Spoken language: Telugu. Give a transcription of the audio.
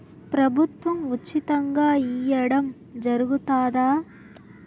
ప్రభుత్వం ఉచితంగా ఇయ్యడం జరుగుతాదా?